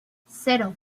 cero